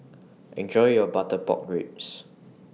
Enjoy your Butter Pork Ribs